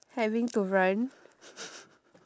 having to run